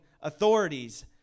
authorities